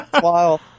Wow